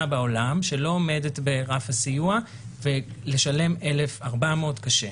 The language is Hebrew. בעולם שלא עומדת ברף הסיוע ולשלם 1,400 קשה.